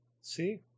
See